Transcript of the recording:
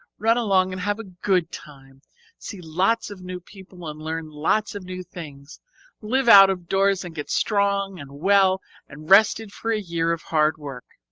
run along and have a good time see lots of new people and learn lots of new things live out of doors, and get strong and well and rested for a year of hard work